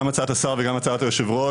גם הצעת השר וגם הצהרת היושב-ראש,